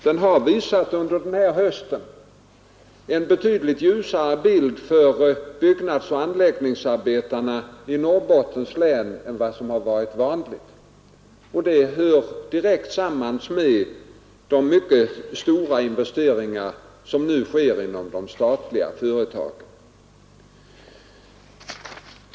Den har under hösten visat en betydligt ljusare bild för byggnadsoch anläggningsarbetarna i Norrbottens län än vad som varit vanligt. Detta hör direkt samman med de mycket stora investeringar som nu sker inom de statliga företagen.